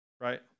right